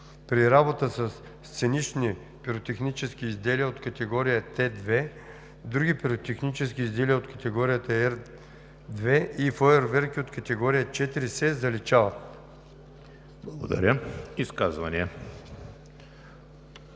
при работа със сценични пиротехнически изделия от категория Т2, други пиротехнически изделия от категория Р2 и фойерверки от категория 4“ се заличават.“